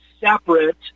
separate